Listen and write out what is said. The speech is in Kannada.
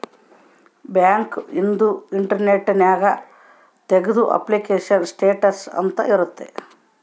ಬ್ಯಾಂಕ್ ಇಂದು ಇಂಟರ್ನೆಟ್ ನ್ಯಾಗ ತೆಗ್ದು ಅಪ್ಲಿಕೇಶನ್ ಸ್ಟೇಟಸ್ ಅಂತ ಇರುತ್ತ